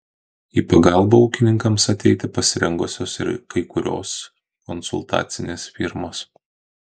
į pagalbą ūkininkams ateiti pasirengusios ir kai kurios konsultacinės firmos